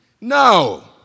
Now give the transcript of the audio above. No